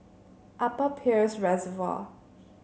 Upper Peirce Reservoir